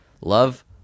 Love